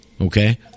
okay